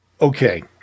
okay